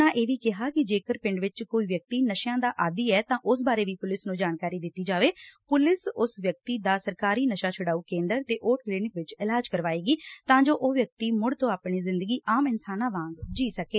ਉਨ੍ਹਾਂ ਇਹ ਵੀ ਕਿਹਾ ਕਿ ਜੇਕਰ ਪਿੰਡ ਵਿੱਚ ਕੋਈ ਵਿਅਕਤੀ ਨਸ਼ਿਆਂ ਦਾ ਆਦੀ ਹੈ ਤਾਂ ਉਸ ਬਾਰੇ ਵੀ ਪੁਲਿਸ ਨੂੰ ਜਾਣਕਾਰੀ ਦਿੱਤੀ ਜਾਵੇ ਪੁਲਿਸ ਉਸ ਵਿਅਕਤੀ ਦਾ ਸਰਕਾਰੀ ਨਸ਼ਾ ਛੁਡਾਊ ਕੇਂਦਰ ਤੇ ਓਟ ਕਲੀਨਿਕ ਵਿੱਚ ਇਲਾਜ ਕਰਵਾਏਗੀ ਤਾਂ ਜੋ ਉਹ ਵਿਅਕਤੀ ਮੁੜ ਤੋਂ ਆਪਣੀ ਜਿੰਦਗੀ ਆਮ ਇਨਸਾਨਾਂ ਵਾਂਗ ਜੀ ਸਕੇ